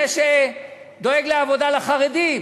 זה שדואג לעבודה לחרדים.